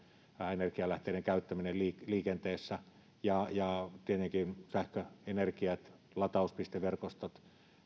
energialähteiden käyttäminen liikenteessä ja ja tietenkin sähköenergia latauspisteverkostot